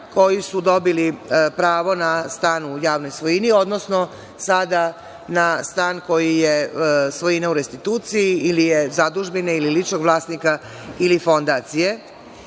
koji su dobili pravo na stan u javnoj svojini, odnosno sada na stan koji je svojina u restituciji, ili je zadužbina, ili ličnog vlasnika, ili fondacije? Član